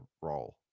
role